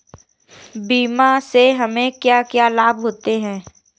बीमा से हमे क्या क्या लाभ होते हैं?